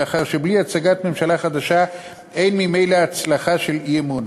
מאחר שבלי הצגת ממשלה חדשה אין ממילא הצלחה של אי-אמון,